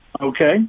Okay